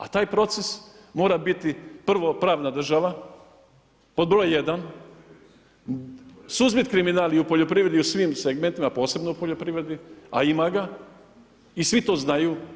A taj proces mora biti prvo pravna država, pod broj 1, suzbiti kriminal i u poljoprivredi i u svim segmentima, posebno u poljoprivredi, a ima ga i svi to znaju.